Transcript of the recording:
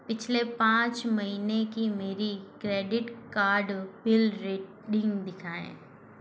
पिछले पाँच महीने की मेरी क्रेडिट कार्ड बिल रीडिंग दिखाएँ